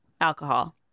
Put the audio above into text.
alcohol